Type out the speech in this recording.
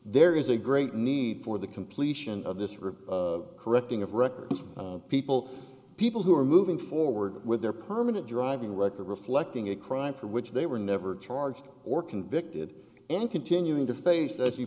there is a great need for the completion of this river correcting of records of people people who are moving forward with their permanent driving record reflecting a crime for which they were never charged or convicted and continuing to face as you